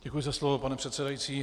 Děkuji za slovo, pane předsedající.